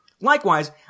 Likewise